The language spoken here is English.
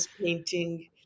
painting